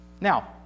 Now